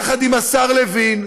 יחד עם השר לוין,